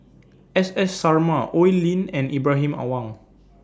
S S Sarma Oi Lin and Ibrahim Awang